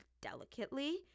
delicately